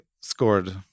scored